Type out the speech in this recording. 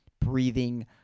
breathing